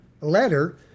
letter